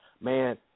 man